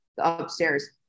upstairs